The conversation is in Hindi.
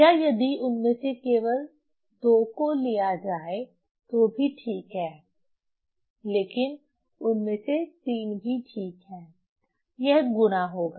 या यदि उनमें से केवल दो को ही लिया जाए तो भी ठीक है लेकिन उनमें से 3 भी ठीक हैं यह गुणा होगा